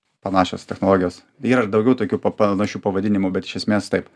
panašios technologijos yra ir daugiau tokių panašių pavadinimų bet iš esmės taip